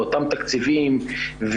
באותם תקציבים,